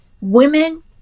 Women